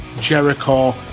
Jericho